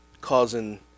Causing